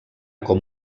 com